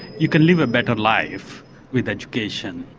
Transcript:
you can live a better life with education.